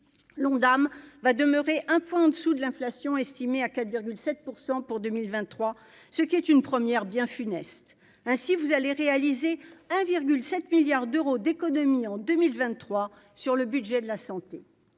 l'Ondam va demeurer un point en dessous de l'inflation estimée à 4 7 % pour 2023, ce qui est une première bien funeste, hein, si vous allez réaliser 1 virgule 7 milliards d'euros d'économies en 2023 sur le budget de la santé,